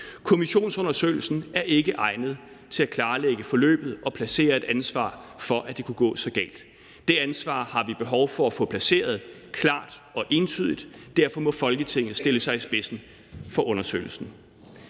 Kommissionsundersøgelsen er ikke egnet til at klarlægge forløbet og placere et ansvar for, at det kunne gå så galt. Det ansvar har vi behov for at få placeret klart og entydigt, og derfor må Folketinget stille sig i spidsen for undersøgelsen.